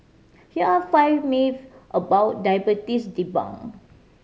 here are five myths about diabetes debunk